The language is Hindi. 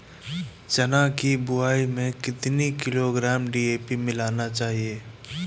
चना की बुवाई में कितनी किलोग्राम डी.ए.पी मिलाना चाहिए?